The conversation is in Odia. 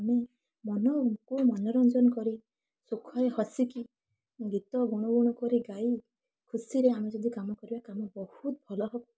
ମୁଁ ମନକୁ ମନୋରଞ୍ଜନ କରେ ସୁଖରେ ହସି କି ଗୀତ ଗୁଣୁ ଗୁଣୁ କରି ଗାଇ ଖୁସିରେ ଆମେ ଯଦି କାମ କରିବା କାମ ବହୁତ ଭଲ ହେବ